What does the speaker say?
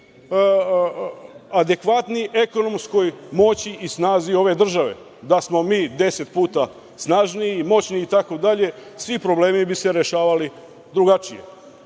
adekvatni ekonomskoj moći i snazi ove države. Da smo mi 10 puta snažniji i moćniji itd, svi problemi bi se rešavali drugačije. Ovaj